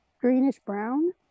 greenish-brown